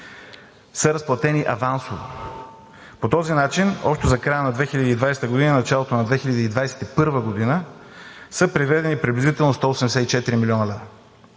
са разплатени авансово. По този начин общо за края на 2020 г. и началото на 2021 г. са преведени приблизително 184 млн. лв.